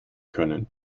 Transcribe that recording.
können